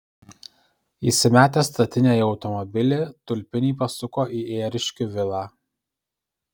įsimetę statinę į automobilį tulpiniai pasuko į ėriškių vilą